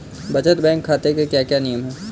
बचत बैंक खाते के क्या क्या नियम हैं?